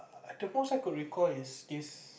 err the most I could recall is this